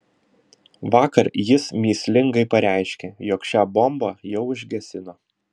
vakar jis mįslingai pareiškė jog šią bombą jau užgesino